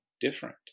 different